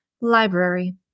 Library